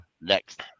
Next